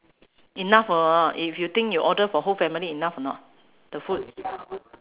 enough or not if you think you order for whole family enough or not the food